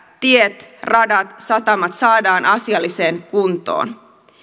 tiet radat satamat saadaan asialliseen kuntoon